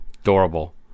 Adorable